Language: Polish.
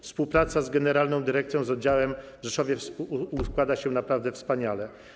Współpraca z generalną dyrekcją, z oddziałem w Rzeszowie układa się naprawdę wspaniale.